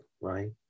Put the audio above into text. right